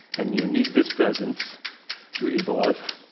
and you need this presence to evolve,